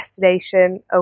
Destination